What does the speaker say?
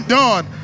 done